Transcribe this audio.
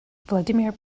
vladimir